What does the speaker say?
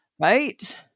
Right